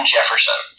Jefferson